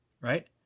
right